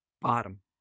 bottom